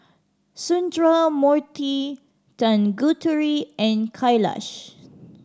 Sundramoorthy Tanguturi and Kailash